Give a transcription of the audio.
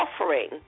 offering